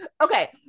Okay